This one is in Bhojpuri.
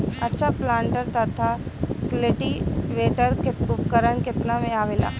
अच्छा प्लांटर तथा क्लटीवेटर उपकरण केतना में आवेला?